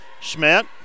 Schmidt